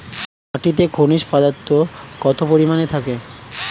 মাটিতে খনিজ পদার্থ কত পরিমাণে থাকে?